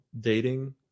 dating